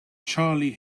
charlie